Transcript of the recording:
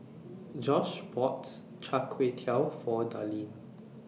Josh bought Char Kway Teow For Darlene